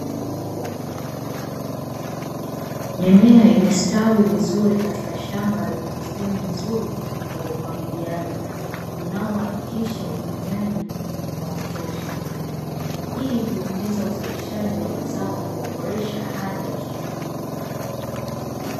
Mimea imestawi vizuri katika shamba lenye mfumo mzuri wa umwagiliaji, unaohakikisha unyonyaji wa kutosha. Hii huongeza uzalishaji wa mazao na kuboresha hali ya kilimo.